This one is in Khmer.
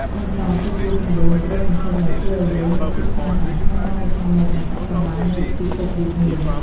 ខ្ទឹមសគឺជាពន្លឺនៃក្តីសង្ឃឹមដែលជួយឱ្យយើងមានភាពក្លាហានក្នុងការប្រឈមមុខនឹងអាថ៌កំបាំងនៃពិភពវិញ្ញាណ។